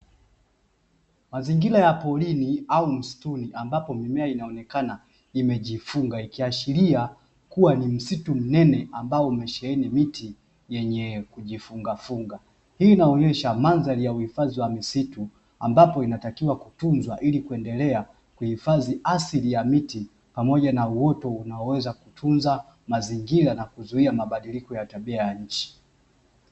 Mazingira ya porini au msituni, ambapo mimea inaonekana imejifunga ikiashiria kuwa ni msitu mnene ambao umesheheni miti yenye kujifungafunga. Hii inaonesha mandhari ya uhifadhi wa misitu ambapo inatakiwa kutunzwa ili kuendelea kuhifadhi asili ya miti pamoja na uoto unaoweza kutunza mazingira na kuzuia mabadiliko ya tabia ya nchi.